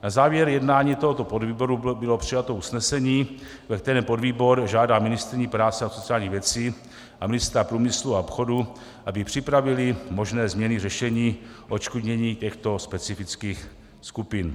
Na závěr jednání tohoto podvýboru bylo přijato usnesení, ve kterém podvýbor žádá ministryni práce a sociálních věcí a ministra průmyslu a obchodu, aby připravili možné změny řešení odškodnění těchto specifických skupin.